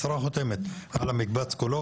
השרה חותמת על המקבץ כולו,